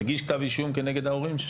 מגיש כתב אישום כנגד ההורים?